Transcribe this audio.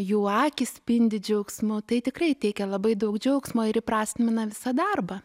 jų akys spindi džiaugsmu tai tikrai teikia labai daug džiaugsmo ir įprasmina visą darbą